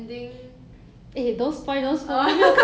orh okay okay 我不 spoil